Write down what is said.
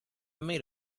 made